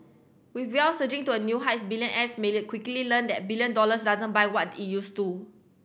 with wealth surging to a new heights billionaires may learn quickly learn that a billion dollars doesn't buy what it used to